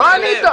לא ענית.